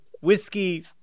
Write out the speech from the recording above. Whiskey